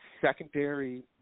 secondary